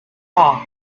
haar